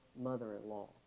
mother-in-law